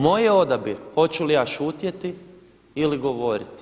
Moj je odabir hoću li ja šutjeti ili govoriti.